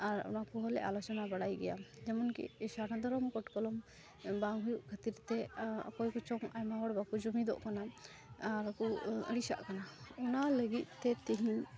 ᱟᱨ ᱚᱱᱟ ᱠᱚᱦᱚᱸ ᱞᱮ ᱟᱞᱳᱪᱚᱱᱟ ᱵᱟᱲᱟᱭ ᱜᱮᱭᱟ ᱡᱮᱢᱚᱱᱠᱤ ᱥᱟᱨᱱᱟ ᱫᱷᱚᱨᱚᱢ ᱠᱳᱰ ᱠᱚᱞᱚᱢ ᱵᱟᱝ ᱦᱩᱭᱩᱜ ᱠᱷᱟᱹᱛᱤᱨᱛᱮ ᱚᱠᱚᱭ ᱠᱚᱪᱚᱝ ᱟᱭᱢᱟ ᱦᱚᱲ ᱵᱟᱠᱚ ᱡᱩᱢᱤᱫᱚᱜ ᱠᱟᱱᱟ ᱟᱨᱠᱚ ᱟᱹᱲᱤᱥᱟᱜ ᱠᱟᱱᱟ ᱚᱱᱟ ᱞᱟᱹᱜᱤᱫᱛᱮ ᱛᱮᱦᱮᱧ